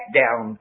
down